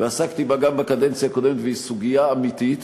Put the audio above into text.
ועסקתי בה גם בקדנציה הקודמת, והיא סוגיה אמיתית.